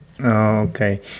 Okay